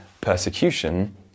persecution